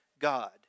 God